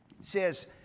says